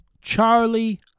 Charlie